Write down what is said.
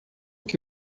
que